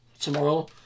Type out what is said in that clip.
tomorrow